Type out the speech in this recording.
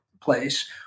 place